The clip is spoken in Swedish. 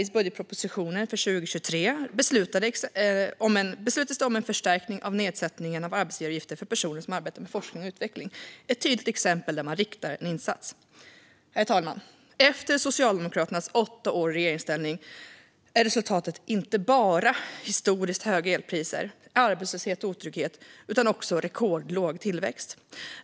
I budgetpropositionen för 2023 beslutades exempelvis om en förstärkning av nedsättningen av arbetsgivaravgifter för personer som arbetar med forskning och utveckling. Det är ett tydligt exempel på en riktad insats. Herr talman! Resultatet av Socialdemokraternas åtta år i regeringsställning är inte bara historiskt höga elpriser, arbetslöshet och otrygghet utan också rekordlåg tillväxt.